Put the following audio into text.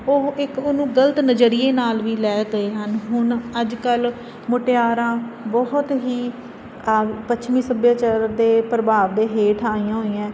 ਉਹ ਇੱਕ ਉਹਨੂੰ ਗਲਤ ਨਜ਼ਰੀਏ ਨਾਲ ਵੀ ਲੈ ਗਏ ਹਨ ਹੁਣ ਅੱਜ ਕੱਲ ਮੁਟਿਆਰਾਂ ਬਹੁਤ ਹੀ ਪੱਛਮੀ ਸੱਭਿਆਚਾਰ ਦੇ ਪ੍ਰਭਾਵ ਦੇ ਹੇਠ ਆਈਆ ਹੋਈਆ